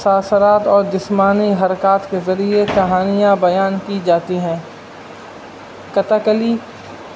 تاثرات اور جسمانی حرکات کے ذریعے کہانیاں بیان کی جاتی ہیں کتھک کلی